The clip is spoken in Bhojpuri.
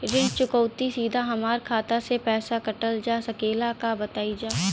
ऋण चुकौती सीधा हमार खाता से पैसा कटल जा सकेला का बताई जा?